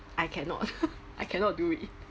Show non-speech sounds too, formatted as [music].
I cannot [laughs] I cannot do it